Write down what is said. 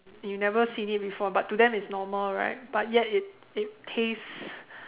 you never seen it before but to them it's normal right but yet it it tastes